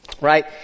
right